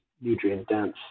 nutrient-dense